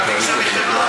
דביק שם מחמאה?